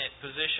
position